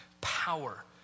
power